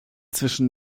zwischen